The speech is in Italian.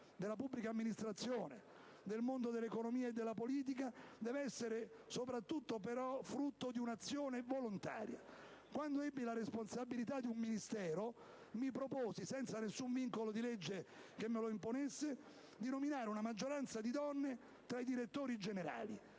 della pubblica amministrazione, del mondo dell'economia e della politica deve essere soprattutto, però, frutto di un'azione volontaria. Quando ebbi la responsabilità di un Ministero, mi proposi, senza alcun vincolo di legge che me lo imponesse, di nominare una maggioranza di donne tra i direttori generali.